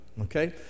okay